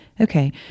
Okay